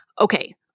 Okay